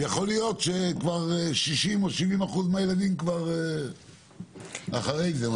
ויכול להיות שכבר 70-60 אחוז מהילדים אחרי זה.